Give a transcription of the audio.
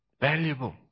Valuable